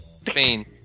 Spain